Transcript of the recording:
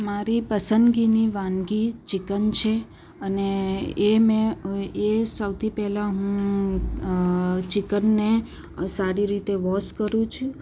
મારી પસંદગીની વાનગી ચિકન છે અને એ મેં એ સૌથી પહેલાં હું ચિકનને સારી રીતે વોશ કરું છું